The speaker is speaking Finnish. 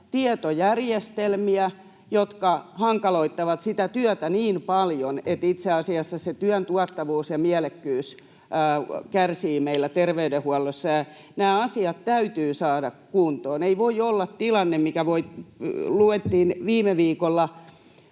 tietojärjestelmiä, jotka hankaloittavat sitä työtä niin paljon, että itse asiassa se työn tuottavuus ja mielekkyys meillä terveydenhuollossa kärsivät. Nämä asiat täytyy saada kuntoon. Ei voi olla tilanne sellainen, mitä luettiin viime viikolla